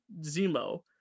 Zemo